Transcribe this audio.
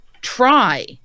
try